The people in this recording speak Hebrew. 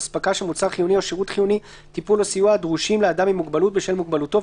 לא ניתן למנוע טיפול או סיוע הדרושים לאדם עם מוגבלות בשל מוגבלותו.